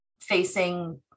facing